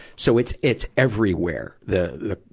so it's, it's everywhere, the, the,